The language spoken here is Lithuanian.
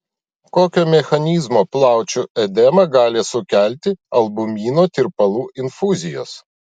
kokio mechanizmo plaučių edemą gali sukelti albumino tirpalų infuzijos